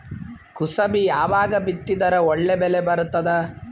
ಕುಸಬಿ ಯಾವಾಗ ಬಿತ್ತಿದರ ಒಳ್ಳೆ ಬೆಲೆ ಬರತದ?